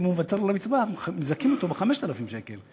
אם הוא מוותר על המטבח מזכים אותו ב-5,000 שקל.